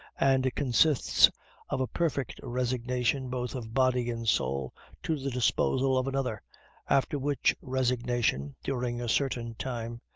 and consists of a perfect resignation both of body and soul to the disposal of another after which resignation, during a certain time,